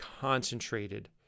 concentrated